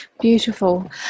beautiful